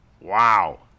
wow